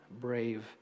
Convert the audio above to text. brave